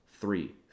three